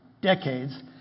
decades